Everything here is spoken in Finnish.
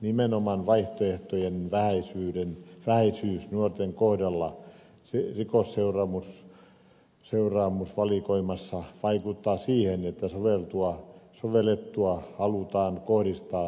nimenomaan vaihtoehtojen vähäisyys nuorten kohdalla rikosseuraamusvalikoimassa vaikuttaa siihen että sovittelua halutaan kohdistaa tähän ryhmään